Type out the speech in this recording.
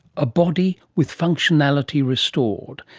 a body with functionality restored.